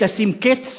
יש לשים קץ